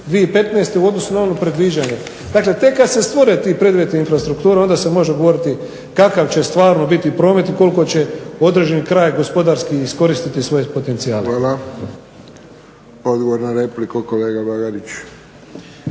2015. u odnosu na ono predviđanje. Dakle, tek kada se stvore ti preduvjeti infrastrukture onda se može govoriti kakav će stvarno biti promet i koliko će određeni kraj gospodarski iskoristiti svoje potencijale. **Friščić, Josip (HSS)** Hvala. Odgovor na repliku, kolega Bagarić.